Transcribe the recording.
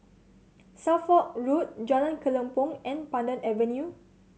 Suffolk Road Jalan Kelempong and Pandan Avenue